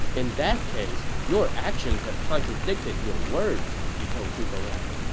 in that case, your actions have contradicted your words, he told zhuge liang.